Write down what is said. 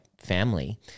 family